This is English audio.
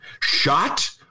shot